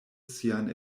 sian